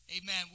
Amen